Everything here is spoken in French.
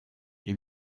les